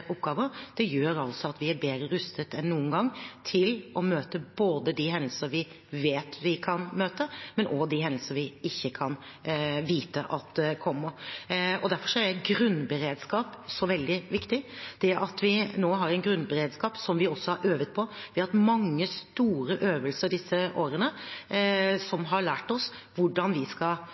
oppgaver, gjør at vi er bedre rustet enn noen gang til å møte de hendelser vi vet vi kan møte, men også de hendelser vi ikke kan vite at kommer. Derfor er grunnberedskap så veldig viktig, det at vi nå har en grunnberedskap som vi også har øvet på. Vi har disse årene hatt mange store øvelser som har lært oss hvordan vi skal